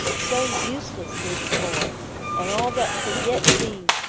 so useless heretofore and all that could yet be,